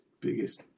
biggest